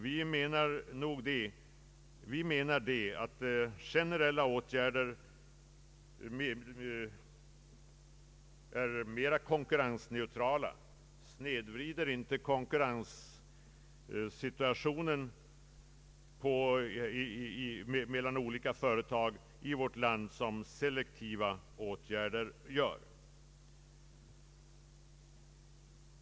Vi menar att generella åtgärder är mera konkurrensneutrala och inte snedvrider konkurrensläget mellan olika företag, vilket selektiva åtgärder gör.